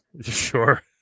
Sure